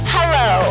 Hello